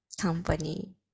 company